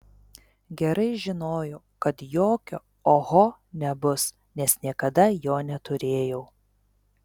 gerai žinojau kad jokio oho nebus nes niekada jo neturėjau